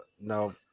now